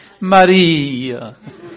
Maria